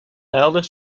eldest